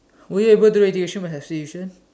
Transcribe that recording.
were you able to do integration by substitution